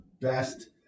best